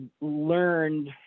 learned